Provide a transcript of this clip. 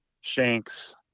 shanks